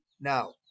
now